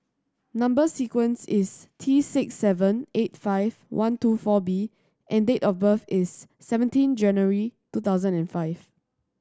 number sequence is T six seven eight five one two four B and date of birth is seventeen January two thousand and five